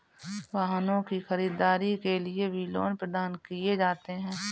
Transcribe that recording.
वाहनों की खरीददारी के लिये भी लोन प्रदान किये जाते हैं